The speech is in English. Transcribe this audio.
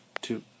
two